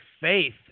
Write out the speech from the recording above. faith